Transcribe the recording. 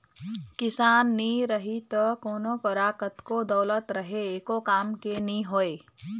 किसान नी रही त कोनों करा कतनो दउलत रहें एको काम के नी होय